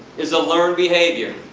is a learned behavior.